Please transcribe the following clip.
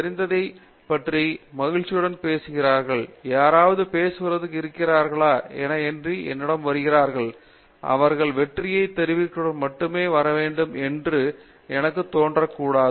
பேராசிரியர் பாபு விஸ்வநாதன் மாணவர்கள் தங்களுக்கு தெரிந்ததைப் பற்றி மகிழ்ச்சியுடன் பேசுகிறார்கள் யாராவது பேசுவதற்கு இருக்கிறார்களா என எண்ணி என்னிடம் வருவார்கள் அவர்கள் வெற்றியைத் தெரிவிக்க மட்டுமே வர வேண்டும் என்று எனக்குத் தோன்றக்கூடாது